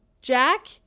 Jack